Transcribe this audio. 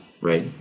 right